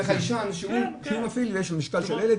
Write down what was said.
זה חיישן שהוא מפעיל כשיש לו את המשקל של הילד.